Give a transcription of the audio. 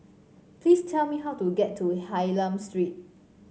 please tell me how to get to Hylam Street